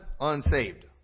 unsaved